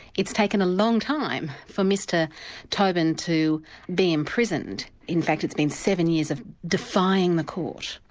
it's taken a long time for mr toben to be imprisoned, in fact it's been seven years of defying the court,